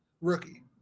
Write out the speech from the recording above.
rookie